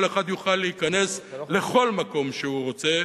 אחד יוכל להיכנס לכל מקום שהוא רוצה,